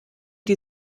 die